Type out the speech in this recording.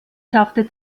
schaffte